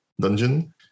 Dungeon